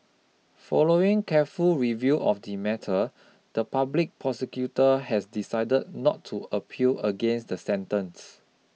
following careful review of the matter the public prosecutor has decided not to appeal against the sentence